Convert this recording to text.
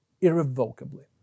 irrevocably